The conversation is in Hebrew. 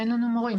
אין לנו מורים,